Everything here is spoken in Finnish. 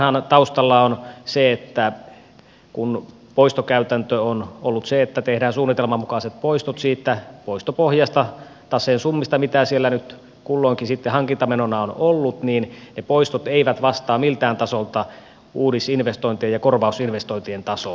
osittainhan taustalla on se että kun poistokäytäntö on ollut se että tehdään suunnitelman mukaiset poistot siitä poistopohjasta taseen summista mitä siellä nyt kulloinkin sitten hankintamenona on ollut niin ne poistot eivät vastaa miltään tasolta uudisinvestointien ja korvausinvestointien tasoa